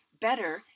Better